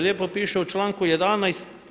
Lijepo piše u članku 11.